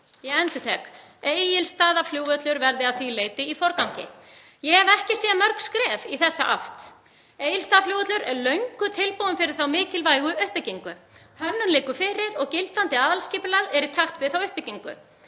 Ég endurtek: Egilsstaðaflugvöllur verði að því leyti í forgangi. Ég hef ekki séð mörg skref í þessa átt. Egilsstaðaflugvöllur er löngu tilbúinn fyrir þá mikilvægu uppbyggingu. Hönnun liggur fyrir og gildandi aðalskipulag er í takt við þá uppbyggingu.